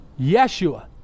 Yeshua